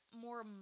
more